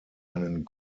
einen